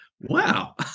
wow